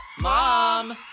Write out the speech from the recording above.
Mom